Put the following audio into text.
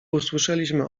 usłyszeliśmy